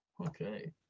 okay